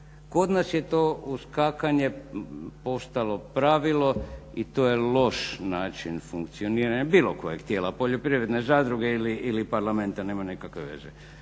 Kod nas je to uskakanje postalo pravilo i to je loš način funkcioniranja bilo kojeg tijela poljoprivredne zadruge ili Parlamenta nema nikakve veze.